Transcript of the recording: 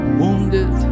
wounded